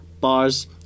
bars